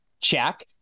check